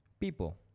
people